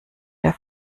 der